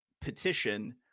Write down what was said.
petition